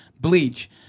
Bleach